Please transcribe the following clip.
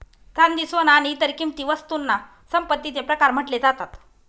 चांदी, सोन आणि इतर किंमती वस्तूंना संपत्तीचे प्रकार म्हटले जातात